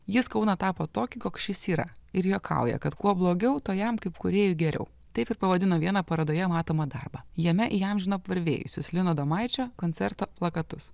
jis kauną tapo tokį koks šis yra ir juokauja kad kuo blogiau tuo jam kaip kūrėjui geriau taip ir pavadino vieną parodoje matomą darbą jame įamžino apvarvėjusius lino adomaičio koncerto plakatus